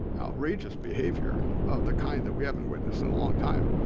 outrageous behavior of the kind that we haven't witnessed in a long time.